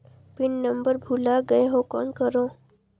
Pin number भुला गयें हो कौन करव?